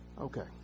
Okay